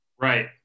right